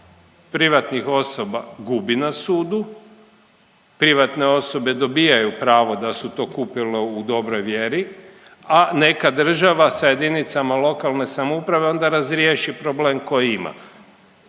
privatnih osoba gubi na sudu, privatne osobe dobijaju pravo da su to kupile u dobroj vjeri, a nekad država sa jedinicama lokalne samouprave onda razriješi problem koji ima